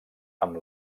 amb